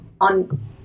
On